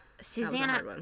Susanna